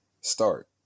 start